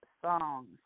songs